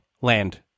land